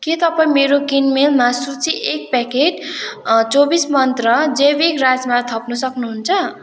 के तपाईँ मेरो किनमेलमा सूची एक प्याकेट अँ चौबिस मन्त्रा जैविक राजमा थप्न सक्नुहुन्छ